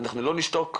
אנחנו לא נשתוק,